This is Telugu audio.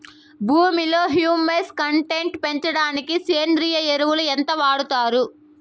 భూమిలో హ్యూమస్ కంటెంట్ పెంచడానికి సేంద్రియ ఎరువు ఎంత వాడుతారు